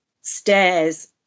stairs